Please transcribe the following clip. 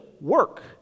work